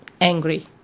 angry